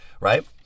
right